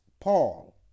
Paul